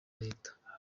leta